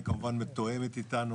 היא כמובן מתואמת אתנו.